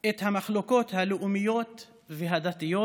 את המחלוקות הלאומיות והדתיות,